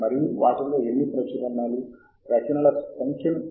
మరియు తదుపరి దశ ఏమిటో ఇప్పుడు ఇక్కడ నేను మీకు చూపిస్తున్నాను